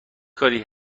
کاری